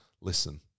listen